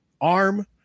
arm